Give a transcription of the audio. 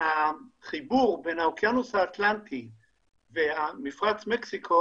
החיבור בין האוקיינוס האטלנטי ומפרץ מקסיקו